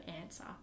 answer